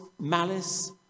malice